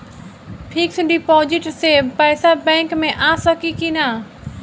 Fix deposit से पैसा bank मे आ सकी कि ना?